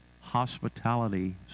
hospitality